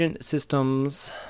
Systems